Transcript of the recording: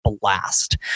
blast